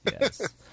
yes